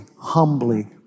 humbly